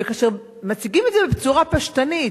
וכאשר מציגים את זה בצורה פשטנית,